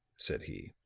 said he.